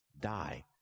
die